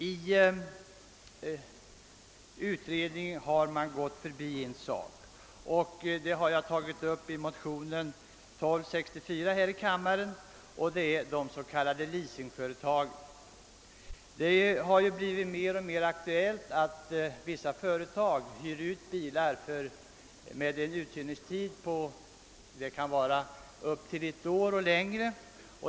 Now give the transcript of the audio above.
I utredningen har man emellertid gått förbi en sak som jag tagit upp i motionen II: 1264, nämligen frågan om leasingföretagen. Det har blivit mer och mer aktuellt att vissa företag hyr ut bilar under en tid av upp till ett år eller längre.